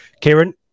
Kieran